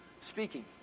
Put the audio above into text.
speaking